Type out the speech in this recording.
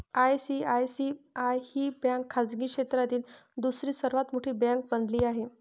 ICICI ही bank खाजगी क्षेत्रातील दुसरी सर्वात मोठी बँक बनली आहे